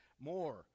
more